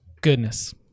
Goodness